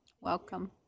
welcome